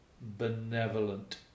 benevolent